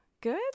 good